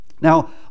now